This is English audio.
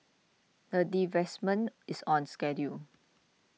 the divestment is on schedule